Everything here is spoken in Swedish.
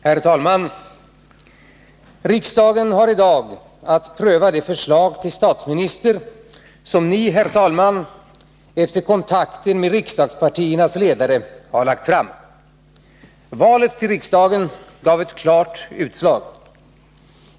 Herr talman! Riksdagen har i dag att pröva det förslag till statsminister som ni, herr talman, efter kontakter med riksdagspartiernas ledare, har lagt fram. Valet till riksdagen gav ett klart utslag.